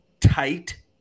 tight